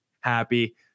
happy